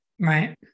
Right